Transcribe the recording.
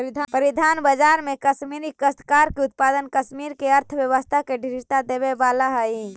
परिधान बाजार में कश्मीरी काश्तकार के उत्पाद कश्मीर के अर्थव्यवस्था के दृढ़ता देवे वाला हई